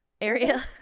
area